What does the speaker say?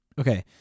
Okay